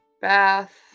bath